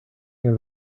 near